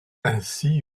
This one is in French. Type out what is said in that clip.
ainsi